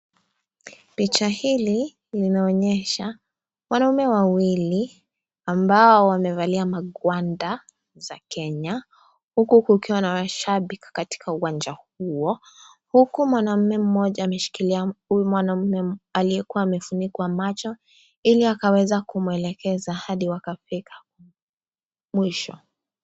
Picha hili linaonyesha wanaume wawili ambao wamevalia magwanda za Kenya. Huku kukiwa na mashabiki katika uwanja huo huku mwanaume mmoja ameshikilia huyu mwanaume alikuwa amefunikwa macho ili akaweza kumwelekeza hadi wakafika mwisho.